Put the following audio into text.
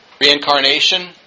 Reincarnation